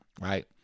right